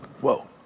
Whoa